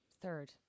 third